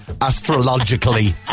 astrologically